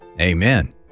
Amen